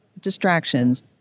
distractions